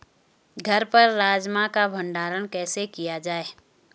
घर पर राजमा का भण्डारण कैसे किया जाय?